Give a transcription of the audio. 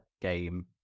game